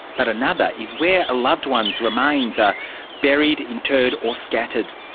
but another is where a loved one's remains are buried, interred or scattered.